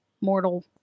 mortal